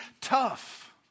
tough